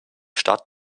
stadt